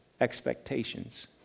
Expectations